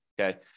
okay